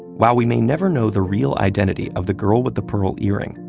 while we may never know the real identity of the girl with the pearl earring,